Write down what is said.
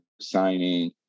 signing